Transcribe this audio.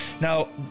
now